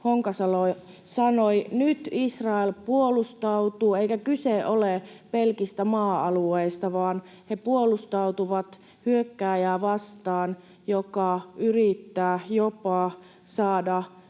Honkasalo sanoi. Nyt Israel puolustautuu, eikä kyse ole pelkistä maa-alueista, vaan he puolustautuvat hyökkääjää vastaan, joka yrittää jopa saada